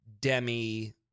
Demi